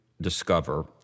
discover